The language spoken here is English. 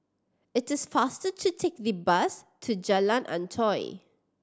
it is faster to take the bus to Jalan Antoi